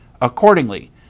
Accordingly